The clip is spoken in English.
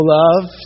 love